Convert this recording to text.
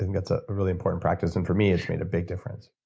think that's a really important practice. and for me it's made a big difference